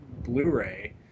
blu-ray